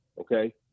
Okay